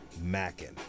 Mackin